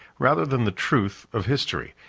rather than the truth, of history,